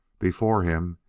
before him,